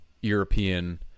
European